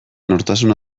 nortasun